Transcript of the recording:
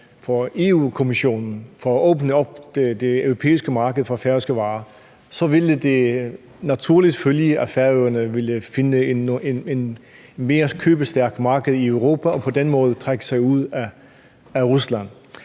Europa-Kommissionen for at åbne det europæiske marked op for færøske varer, så ville det naturligt følge, at Færøerne ville finde et mere købestærkt marked i Europa og på den måde trække sig ud i forhold